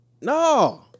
No